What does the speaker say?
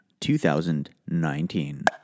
2019